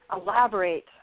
Elaborate